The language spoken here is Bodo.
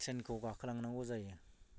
ट्रेनखौ गाखोलांनांगौ जायो